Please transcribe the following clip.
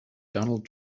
donald